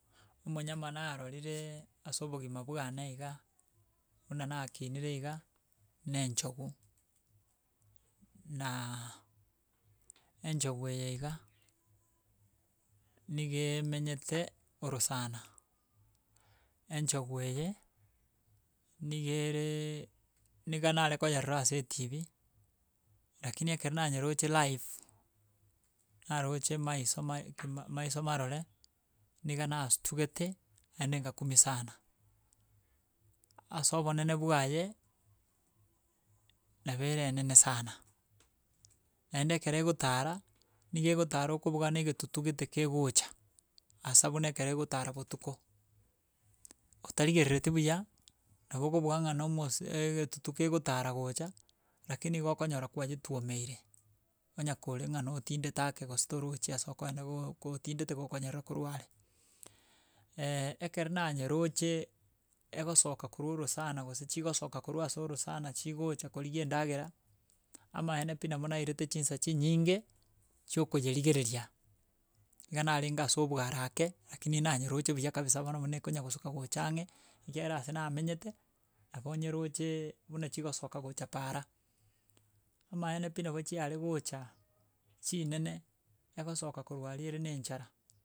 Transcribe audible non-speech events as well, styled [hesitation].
Omonyama narorire ase obogima bwane iga buna nakinire iga, na enchogu naaa enchogu eye iga nigo emenyete orasana. Enchogu eye, nigo ereee niga nayekoyerora ase etv rakini ekero nanyeroche life, naroche maiso ma ke maiso marore, niga nastugete naende ngakumia sana. Ase obonene bwaye, nabo ere enene sana naende ekero egotara nigo egotara okubuga na egetutu gete kegocha, asa buna ekere egotara botuko, otarigerereti buya, nabo okobuga ng'a nomos eeegetutu kegotara gocha, rakini igo okonyora kwayetwomeire onye kore ng'a notindete ake gose torochi ase okoenda gooo kotindete gokonyora korwa are. [hesitation] ekero nanyeroche egosoka korwa orosana gose chigosoka korwa ase orosana chigocha korigia endagera, amaene pi nabo nairete chinsa chinyinge chia okonyerigereria, iga narenge ase obware ake, rakini nanyeroche buya kabisa bono buna ekonya gosuka gocha ang'e ekiagera ase namenyete, nabo nyerocheee, buna chigosoka gocha paara. Amaene pi nabo chiaregocha chinene egosoka korwa aria ere na enchara.